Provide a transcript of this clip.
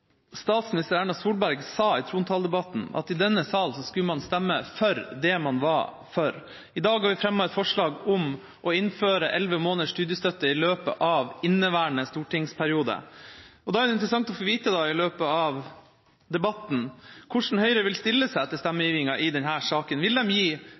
statsminister Erna Solberg i trontaledebatten sa at i denne sal skulle man stemme for det man var for. I dag har vi fremmet et forslag om å innføre elleve måneders studiestøtte i løpet av inneværende stortingsperiode. Da er det interessant å få vite i løpet av debatten hvordan Høyre vil stille seg til stemmegivingen i denne saken. Vil partiet gi